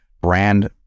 Brand